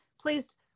please